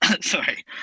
sorry